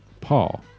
Paul